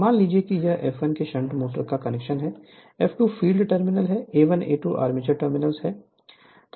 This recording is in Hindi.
मान लीजिए कि यह F1 की शंट मोटर का कनेक्शन है F2 field terminal A1 A2 armature terminal है